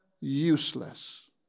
useless